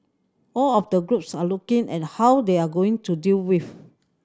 all of the groups are looking and how they are going to deal with